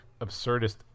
absurdist